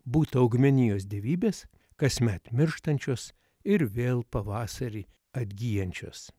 būta augmenijos dievybės kasmet mirštančios ir vėl pavasarį atgyjančios